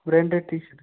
branded T shirt